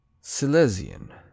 Silesian